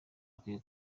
akwiye